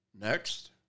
Next